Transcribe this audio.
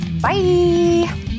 Bye